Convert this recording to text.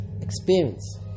experience